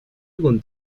algún